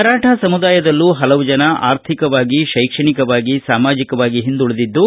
ಮರಾಠ ಸಮುದಾಯದಲ್ಲೂ ಹಲವು ಜನ ಆರ್ಥಿಕವಾಗಿ ಶೈಕ್ಷಣಿಕವಾಗಿ ಸಾಮಾಜಿಕವಾಗಿ ಹಿಂದುಳಿದಿದ್ದು